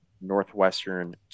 Northwestern